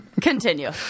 Continue